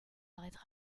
arrêtent